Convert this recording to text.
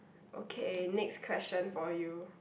okay next question for you